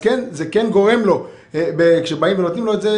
זה כן גורם לאחד כזה להיעתר,